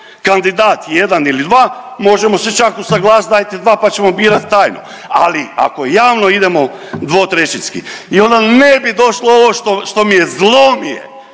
kandidat jedan ili dva, možemo se čak usaglasat dajte dva, pa ćemo birat tajno, ali ako javno idemo dvotrećinski i onda ne bi došlo ovo što, što mi je, zlo mi je